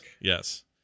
Yes